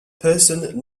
person